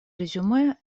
резюме